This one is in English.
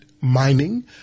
mining